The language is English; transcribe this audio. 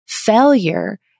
Failure